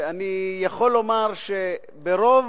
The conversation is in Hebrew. אני יכול לומר שאת רוב